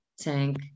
tank